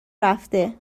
رفته